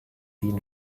seen